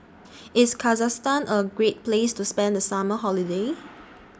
IS Kazakhstan A Great Place to spend The Summer Holiday